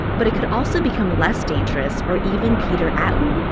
but it could also become less dangerous or even peter out.